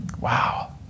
Wow